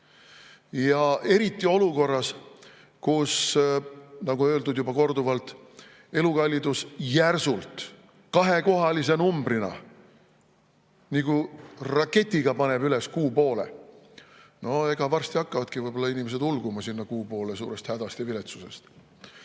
Ja eriti olukorras, kus – nagu öeldud juba korduvalt – elukallidus järsult kahekohalise numbrina nagu raketiga paneb üles kuu poole – no varsti hakkavadki inimesed ulguma sinna kuu poole suurest hädast ja viletsusest